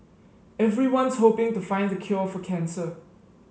everyone's hoping to find the cure for cancer